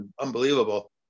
unbelievable